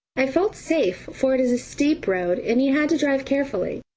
i felt safe, for it is a steep road, and he had to drive carefully.